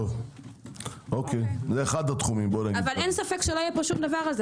אבל לא יהיה שום דבר.